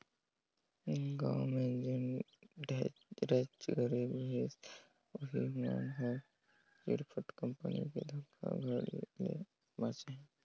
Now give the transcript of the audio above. गाँव में जेन ढेरेच गरीब रहिस उहीं मन हर चिटफंड कंपनी के धोखाघड़ी ले बाचे हे